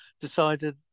decided